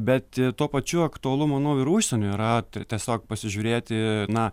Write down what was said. bet tuo pačiu aktualu manau ir užsieniui yra t tiesiog pasižiūrėti na